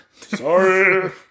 Sorry